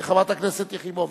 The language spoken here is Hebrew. חברת הכנסת יחימוביץ,